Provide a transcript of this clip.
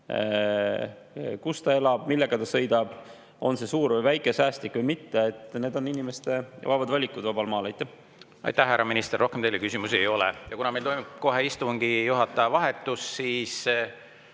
kus ta elab, millega ta sõidab, on see suur või väike, säästlik või mitte – need on inimeste vabad valikud vabal maal. Aitäh, härra minister! Rohkem teile küsimusi ei ole. Kuna meil toimub kohe istungi juhataja vahetus, siis